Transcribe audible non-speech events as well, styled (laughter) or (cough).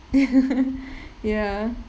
(laughs) ya